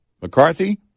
McCarthy